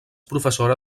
professora